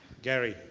gary,